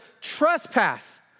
trespass